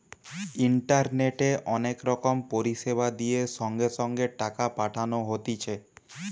ইন্টারনেটে অনেক রকম পরিষেবা দিয়ে সঙ্গে সঙ্গে টাকা পাঠানো হতিছে